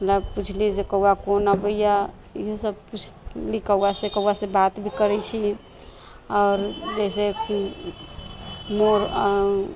मतलब पुछली जे कौआ कोन अबैए इएहसब पुछली कौआसँ कौआसँ बात भी करै छी आओर जइसे कि मोर